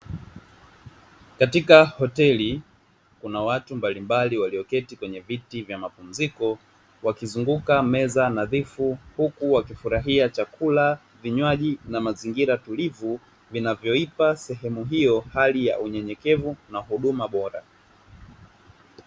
Katika hoteli kuna watu mbalimbali walioketi kwenye viti vya mapumziko wakizunguka meza nadhifu, huku wakifurahia chakula, vinywaji na mazingira tulivu vinavyoipa sehemu hiyo hali ya unyenyekevu na huduma bora.